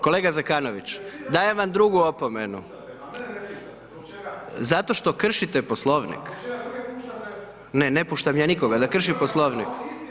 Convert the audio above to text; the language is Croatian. Kolega Zekanović, dajem vam drugu opomenu … [[Upadica: Ne razumije se.]] zato što kršite Poslovnik … [[Upadica: Ne razumije se.]] ne, ne puštam ja nikoga da krši Poslovnik.